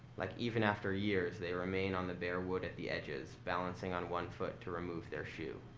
like even after years, they remain on the bare wood at the edges, balancing on one foot to remove their shoe